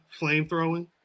flamethrowing